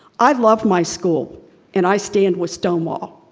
i love my school and i stand with stonewall.